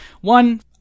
one